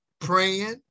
praying